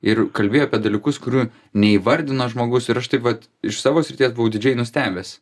ir kalbėjo apie dalykus kurių neįvardina žmogus ir aš taip vat iš savo srities buvau didžiai nustebęs